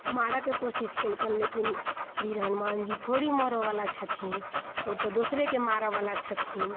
मारऽके कोशिश केलकनि लेकिन वीर हनुमानजी थोड़ी मरऽवला छथिन ओतऽ दोसरेके मारऽवला छथिन